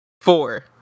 Four